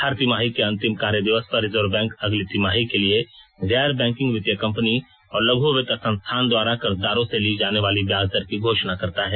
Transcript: हर तिमाही के अंतिम कार्यदिवस पर रिजर्व बैंक अगली तिमाही के लिए गैर बैंकिंग वित्तीय कम्पनी और लघ् वित्त संस्थान द्वारा कर्जदारों से ली जाने वाली ब्याज दर की घोषणा करता है